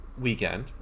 weekend